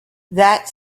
that